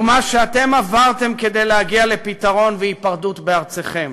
ומה שאתם עברתם כדי להגיע לפתרון ולהיפרדות בארצכם.